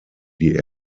die